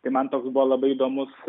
tai man toks buvo labai įdomus